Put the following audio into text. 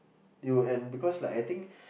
you and because like I think